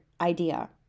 idea